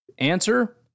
Answer